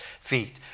feet